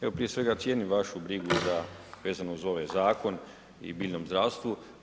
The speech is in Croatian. Evo, prije svega, cijenim vašu brigu za vezano za ovaj zakon i biljnom zdravstvu.